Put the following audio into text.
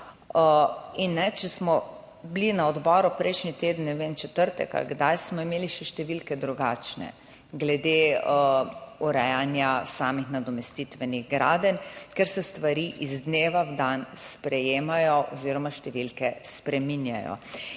če smo bili na odboru prejšnji teden, ne vem, v četrtek ali kdaj, smo imeli še številke drugačne glede urejanja samih nadomestitvenih gradenj, ker se stvari iz dneva v dan sprejemajo oziroma številke spreminjajo.